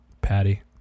Patty